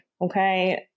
okay